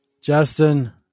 Justin